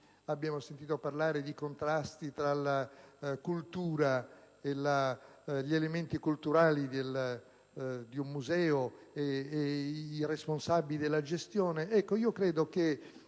abbiamo udito di contrasti tra la cultura e gli elementi culturali di un museo e i responsabili della gestione. Ebbene, credo che